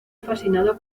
fascinado